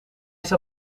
zou